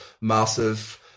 massive